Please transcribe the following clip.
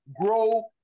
grow